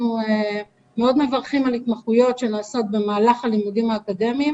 אנחנו מאוד מברכים על התמחויות שנעשות במהלך הלימודים האקדמיים.